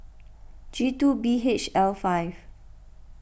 G two B H L five